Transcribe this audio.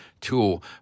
tool